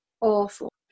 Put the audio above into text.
awful